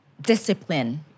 discipline